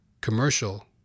commercial